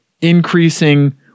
increasing